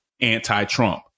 anti-Trump